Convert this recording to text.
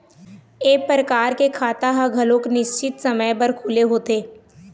ए परकार के खाता ह घलोक निस्चित समे बर खुले होथे